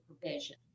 provision